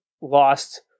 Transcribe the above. lost